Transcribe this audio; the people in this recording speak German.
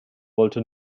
wollte